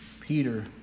Peter